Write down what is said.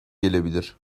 gelebilir